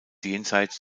jenseits